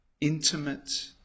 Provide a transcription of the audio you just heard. intimate